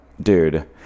dude